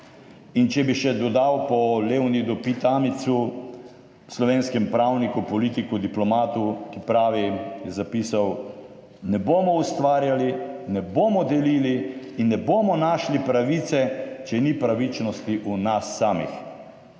če bi še dodal po Leonidu Pitamicu, slovenskem pravniku, politiku, diplomatu, ki pravi, je zapisal: "ne bomo ustvarjali, ne bomo delili in ne bomo našli pravice, če ni pravičnosti v nas samih".